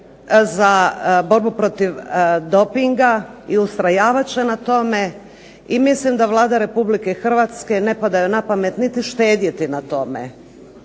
za borbu protiv dopinga, i ustrajavat će na tome, i mislim da Vlada Republike Hrvatske, ne pada joj na pamet niti štedjeti na tome.